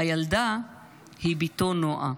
הילדה היא בתו נועה.